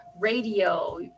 radio